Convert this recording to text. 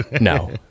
No